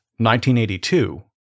1982